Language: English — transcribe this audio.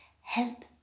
help